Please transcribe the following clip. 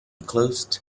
closed